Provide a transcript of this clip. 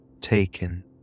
taken